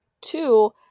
Two